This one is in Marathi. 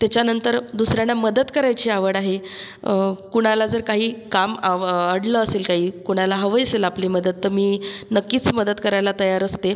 त्याच्यानंतर दुसऱ्यांना मदत करायची आवड आहे कुणाला जर काही काम आवं अडलं असेल काही कोणाला हवी असेल आपली मदत तर मी नक्कीच मदत करायला तयार असते